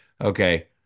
okay